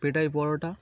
পেটাই পরোটা